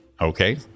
Okay